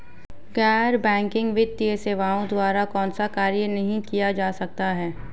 गैर बैंकिंग वित्तीय सेवाओं द्वारा कौनसे कार्य नहीं किए जा सकते हैं?